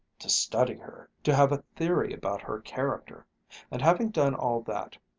to study her, to have a theory about her character and having done all that,